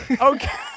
Okay